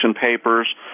papers